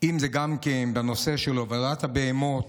וגם בנושא של הובלת בהמות.